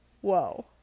Whoa